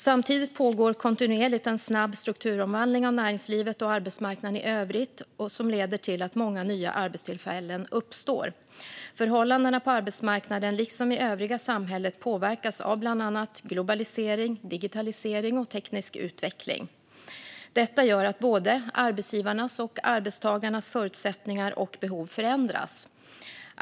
Samtidigt pågår kontinuerligt en snabb strukturomvandling av näringslivet och arbetsmarknaden i övrigt som leder till att många nya arbetstillfällen uppstår. Förhållandena på arbetsmarknaden liksom i övriga samhället påverkas av bland annat globalisering, digitalisering och teknisk utveckling. Detta gör att både arbetsgivarnas och arbetstagarnas förutsättningar och behov förändras.